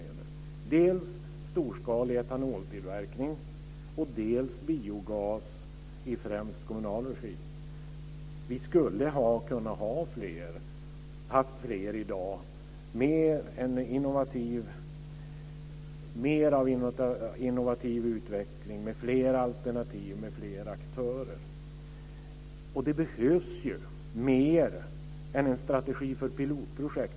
Det är dels storskalig etanoltillverkning, dels biogas i främst kommunal regi. Vi skulle kunna ha fler i dag med mer av innovativ utveckling, fler alternativ och fler aktörer. Det behövs ju mer än en strategi för pilotprojekt.